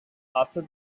after